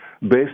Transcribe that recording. based